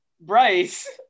bryce